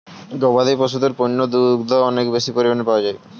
গবাদি পশুদের পণ্য দুগ্ধ অনেক বেশি পরিমাণ পাওয়া যায়